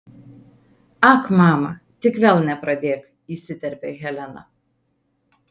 ak mama tik vėl nepradėk įsiterpia helena